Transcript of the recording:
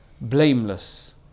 blameless